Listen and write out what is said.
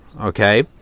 Okay